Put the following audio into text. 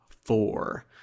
four